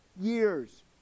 years